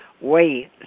wait